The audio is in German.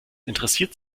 interessiert